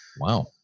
Wow